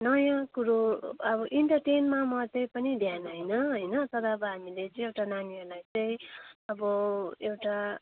नयाँ कुरो अब इन्टरटेनमा मात्रै पनि ध्यान हैन हैन तर अब हामीले चाहिँ एउटा नानीहरूलाई चाहिँ अब एउटा